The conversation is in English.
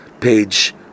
page